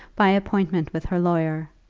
by appointment with her lawyer,